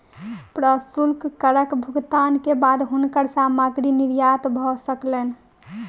प्रशुल्क करक भुगतान के बाद हुनकर सामग्री निर्यात भ सकलैन